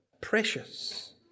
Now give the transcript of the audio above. precious